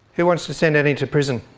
who wants to send annie to prison?